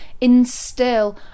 instill